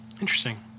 Interesting